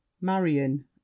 Marion